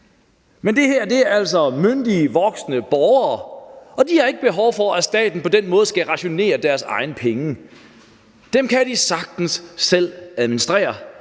Men det her er altså myndige, voksne borgere, og de har ikke behov for, at staten på den måde skal rationere deres egne penge. Dem kan de sagtens selv administrere;